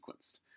sequenced